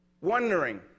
Wondering